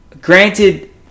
granted